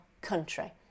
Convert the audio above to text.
country